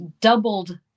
doubled